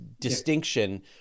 distinction